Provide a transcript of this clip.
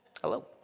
Hello